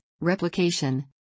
replication